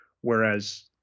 whereas